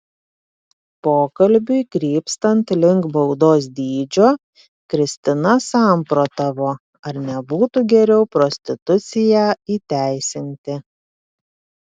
pokalbiui krypstant link baudos dydžio kristina samprotavo ar nebūtų geriau prostituciją įteisinti